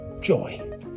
joy